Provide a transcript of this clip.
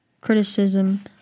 criticism